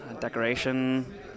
decoration